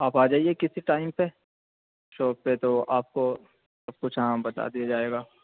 آپ آ جائیے کسی ٹائم پہ شاپ پہ تو آپ کو سب کچھ یہاں بتا دیا جائے گا